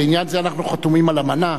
בעניין זה אנחנו חתומים על אמנה,